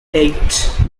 eight